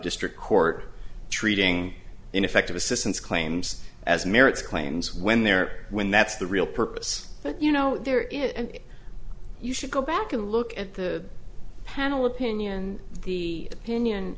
district court treating ineffective assistance claims as merits claims when they're when that's the real purpose but you know there is and you should go back and look at the panel opinion the opinion